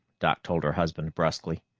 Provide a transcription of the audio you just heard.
doc told her husband brusquely.